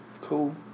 Cool